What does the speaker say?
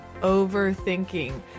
overthinking